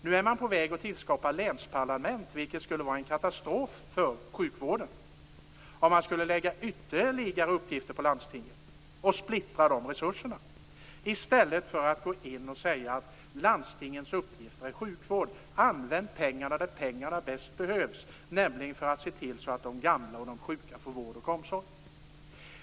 Nu är man på väg att skapa länsparlament, vilket skulle innebära en katastrof för sjukvården. Man skulle lägga ytterligare uppgifter på landstingen och splittra resurserna i stället för att säga att landstingens uppgift är sjukvård. Använd pengarna där de bäst behövs, nämligen för att se till att de gamla och sjuka får vård och omsorg!